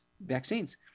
vaccines